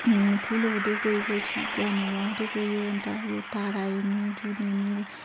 ठुलो हुँदै गएपछि ज्ञानहरू आउँदै गयो अन्त आयो तारा हेर्ने जुन हेर्ने